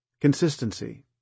Consistency